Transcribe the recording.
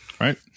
Right